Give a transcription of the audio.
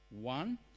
One